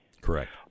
correct